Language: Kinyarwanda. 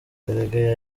karegeya